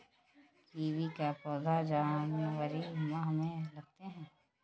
kiwi का पौधा जनवरी माह में लगाते हैं